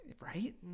right